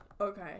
Okay